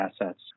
assets